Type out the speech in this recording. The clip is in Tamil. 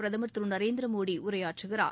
பிரதமர் திரு நரேந்திரமோடி உரையாற்றுகிறார்